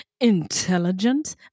intelligent